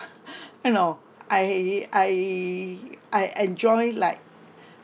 you know I I I enjoy like